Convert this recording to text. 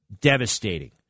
devastating